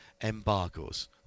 embargoes